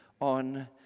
on